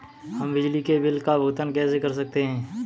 हम बिजली के बिल का भुगतान कैसे कर सकते हैं?